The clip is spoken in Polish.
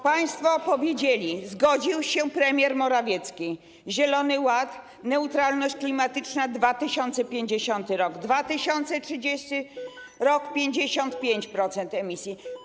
Państwo powiedzieli, zgodził się premier Morawiecki, że zielony ład, neutralność klimatyczna to 2050 r., a 2030 r. - 55% emisji.